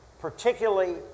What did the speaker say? particularly